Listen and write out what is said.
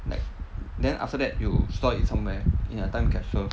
like then after that you store it somewhere in a time capsule